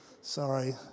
Sorry